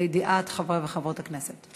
לידיעת חברי וחברות הכנסת.